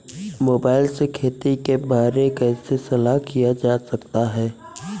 Mobile से खेती के बारे कैसे सलाह लिया जा सकता है?